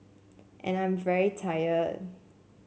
and I'm very tired